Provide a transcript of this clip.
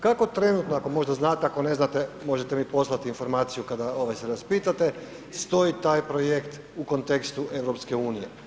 Kako trenutno ako možda znate, ako ne znate možete mi poslati informaciju kada ovaj se raspitate stoji taj projekt u kontekstu EU?